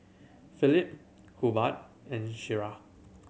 Phillip Hubbard and Shira